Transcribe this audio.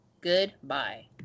goodbye